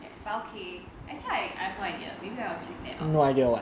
that but okay actually I I have no idea maybe I will check that out